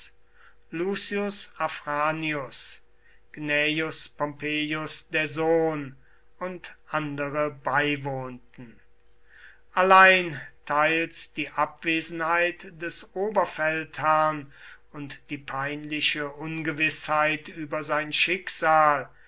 pompeius der sohn und andere beiwohnten allein teils die abwesenheit des oberfeldherrn und die peinliche ungewißheit über sein schicksal